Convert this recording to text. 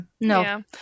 no